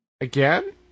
Again